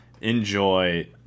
enjoy